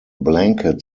blanket